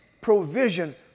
provision